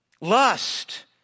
lust